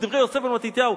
בדברי יוסף בן מתתיהו.